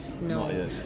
No